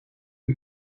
per